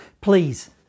Please